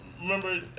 remember